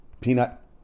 Peanut